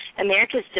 America's